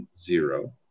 zero